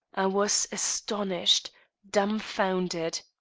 was astonished dumfounded.